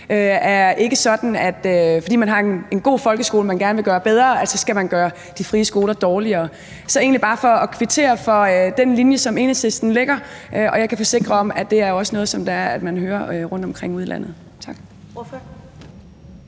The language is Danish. fordi man har en god folkeskole, man gerne vil gøre bedre, så skal gøre de frie skoler dårligere. Så det er egentlig bare for at kvittere for den linje, som Enhedslisten lægger, og jeg kan forsikre om, at det også er noget, som man hører rundtomkring ude i landet.